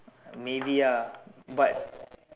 maybe ah but